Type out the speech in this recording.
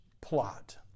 plot